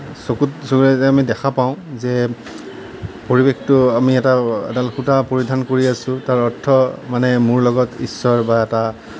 চকুত জোৰে যে আমি দেখা পাওঁ যে পৰিৱেশটো আমি এটা এডাল সূতা পৰিধান কৰি আছোঁ তাৰ অৰ্থ মানে মোৰ লগত ঈশ্বৰ বা এটা